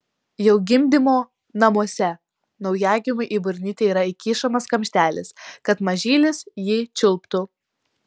jau gimdymo namuose naujagimiui į burnytę yra įkišamas kumštelis kad mažylis jį čiulptų